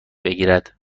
بگیرد